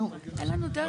אין לנו דרך להיערך.